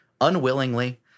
unwillingly